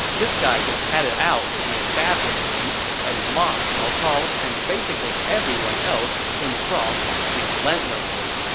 this guy just had it out for the establishment and mocked cao cao and basically everyone else he came across relentlessly,